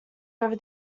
over